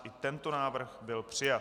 I tento návrh byl přijat.